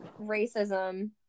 racism